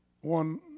one